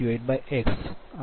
54 sin